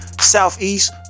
southeast